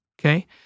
Okay